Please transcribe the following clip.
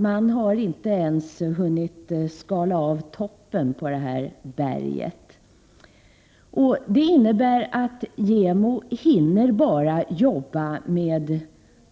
Man har inte ens hunnit skala av toppen på berget. Det innebär att JämO bara hinner arbeta med